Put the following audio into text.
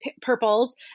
purples